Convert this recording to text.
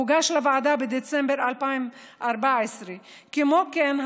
הוגש לוועדה בדצמבר 2014. כמו כן,